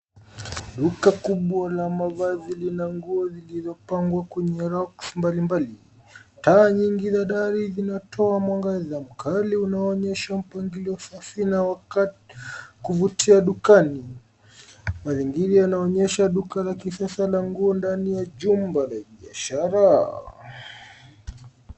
Duka kubwa la mavazi lina nguo zilizopangwa kwenye racks mbalimbali. Taa nyingi za dari zinatoa mwangaza mkali unaonyesha mpangilio safi na wakuvutia dukani. Mazingira yanaonyesha duka la kisasa la nguo ndani ya jumba la biashara.